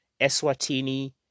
Eswatini